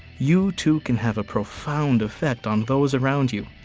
you too can have a profound effect on those around you.